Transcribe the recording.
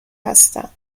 هستن